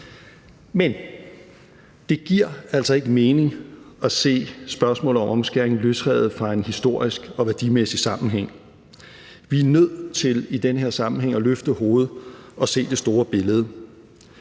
Men det giver altså ikke mening at se spørgsmålet om omskæring løsrevet fra en historisk og værdimæssig sammenhæng. Vi er nødt til i den her sammenhæng at løfte blikket og se det store billede.